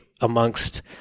amongst